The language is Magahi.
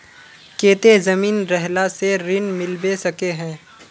केते जमीन रहला से ऋण मिलबे सके है?